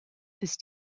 ist